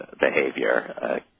behavior